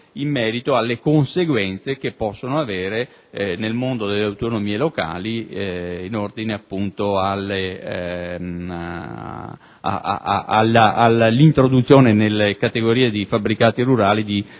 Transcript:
in merito alle conseguenze che possono produrre nel mondo delle autonomie locali in ordine all'introduzione nella categoria dei fabbricati rurali di fabbricati